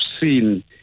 seen